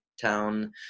town